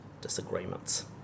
disagreements